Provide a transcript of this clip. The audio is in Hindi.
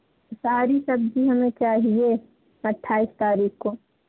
सारी सब्ज़ी हमें चाहिए अट्ठाइस तारीख़ को